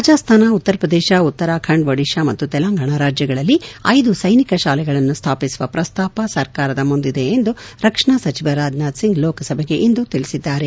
ರಾಜಸ್ತಾನ ಉತ್ತರಪ್ರದೇಶ ಉತ್ತರಾಖಂಡ್ ಒಡಿಶಾ ಮತ್ತು ತೆಲಂಗಾಣ ರಾಜ್ಯಗಳಲ್ಲಿ ಐದು ಸೈನಿಕ ಶಾಲೆಗಳನ್ನು ಸ್ವಾಪಿಸುವ ಪ್ರಸ್ತಾಪ ಸರ್ಕಾರದ ಮುಂದಿದೆ ಎಂದು ರಕ್ಷಣಾ ಸಚಿವ ರಾಜನಾಥ್ಸಿಂಗ್ ಲೋಕಸಭೆಗೆ ಇಂದು ತಿಳಿಸಿದ್ದಾರೆ